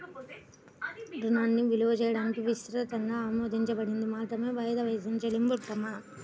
రుణాన్ని విలువ చేయడానికి విస్తృతంగా ఆమోదించబడిన మార్గమే వాయిదా వేసిన చెల్లింపు ప్రమాణం